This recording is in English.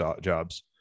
jobs